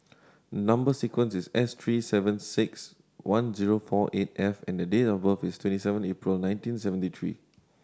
number sequence is S three seven six one zero four eight F and date of birth is twenty seven April nineteen seventy three